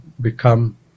become